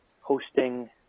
hosting